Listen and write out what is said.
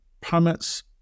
permits